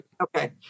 Okay